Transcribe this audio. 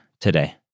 today